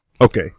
okay